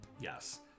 yes